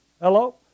Hello